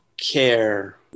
care